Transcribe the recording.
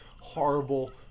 horrible